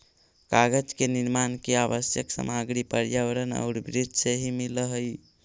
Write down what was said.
कागज के निर्माण के आवश्यक सामग्री पर्यावरण औउर वृक्ष से ही मिलऽ हई